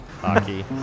Hockey